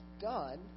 done